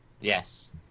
Yes